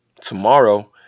tomorrow